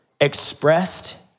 expressed